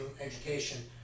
education